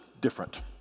different